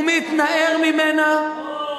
הוא מתנער ממנה,